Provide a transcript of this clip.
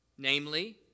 Namely